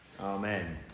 Amen